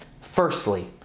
Firstly